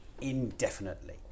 indefinitely